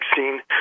vaccine